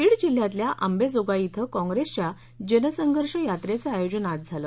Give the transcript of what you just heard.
बीड जिल्ह्यातल्या अंबेजोगाई ि काँग्रेसच्या जनसंघर्ष यात्रेचं आयोजन आज झालं